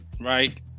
right